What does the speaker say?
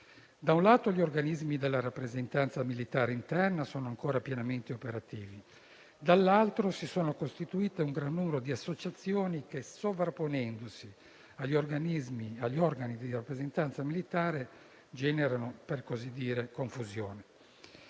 da un lato, gli organismi della rappresentanza militare interna sono ancora pienamente operativi; dall'altro, si è costituito un gran numero di associazioni le quali, sovrapponendosi agli organi di rappresentanza militare, generano - per così dire - confusione.